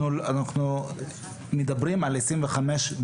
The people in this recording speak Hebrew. אנחנו מדברים על 25 בממוצע.